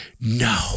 no